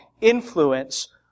influence